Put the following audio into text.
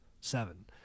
Seven